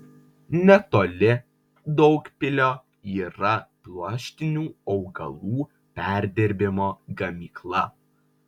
netoli daugpilio yra pluoštinių augalų perdirbimo gamykla